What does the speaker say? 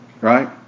right